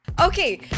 Okay